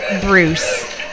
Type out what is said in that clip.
Bruce